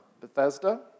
Bethesda